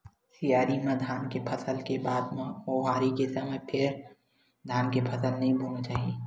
सियारी म धान के फसल ले के बाद म ओन्हारी के समे फेर धान के फसल नइ बोना चाही